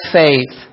faith